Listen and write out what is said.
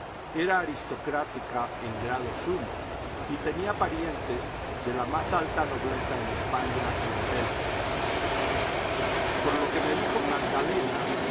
era aristocrática en grado sumo y tenía parientes de la más alta nobleza en españa y en bélgica por lo que me dijo magdalena